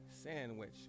sandwich